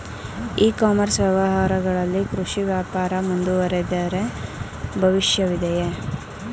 E commerce ವ್ಯವಹಾರಗಳಲ್ಲಿ ಕೃಷಿ ವ್ಯಾಪಾರ ಮುಂದುವರಿದರೆ ಭವಿಷ್ಯವಿದೆಯೇ?